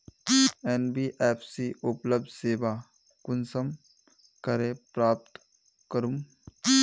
NBFC उपलब्ध सेवा कुंसम करे प्राप्त करूम?